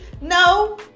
No